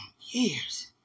years